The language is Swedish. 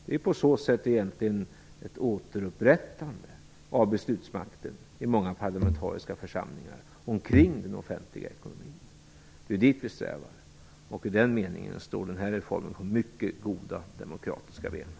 Det är på så sätt ett återupprättande av beslutsmakten i många parlamentariska församlingar kring den offentliga ekonomin. Det är dithän vi strävar, och i den meningen står denna reform på mycket goda demokratiska grunder.